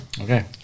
Okay